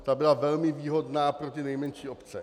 Ta byla velmi výhodná pro nejmenší obce.